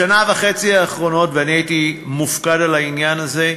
בשנה וחצי האחרונה, והייתי מופקד על העניין הזה,